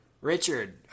Richard